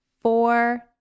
Four